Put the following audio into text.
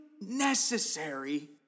necessary